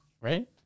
right